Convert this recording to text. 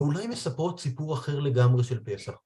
אולי מספרות סיפור אחר לגמרי של פסח.